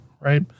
Right